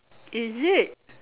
is it